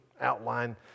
outline